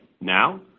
Now